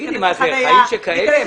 אלה חיים שכאלה?